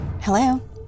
Hello